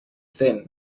thin